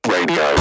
Radio